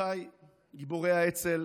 אחיי גיבורי האצ"ל